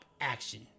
action